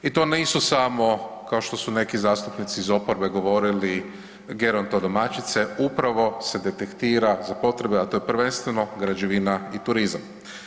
I to nisu samo kao što su neki zastupnici iz oporbe govorili gerontodomaćice upravo se detektira za potrebe a to je prvenstveno građevina i turizam.